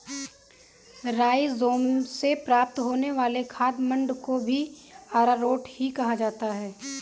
rhizome से प्राप्त होने वाले खाद्य मंड को भी अरारोट ही कहा जाता है